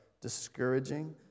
discouraging